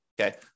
okay